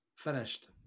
Finished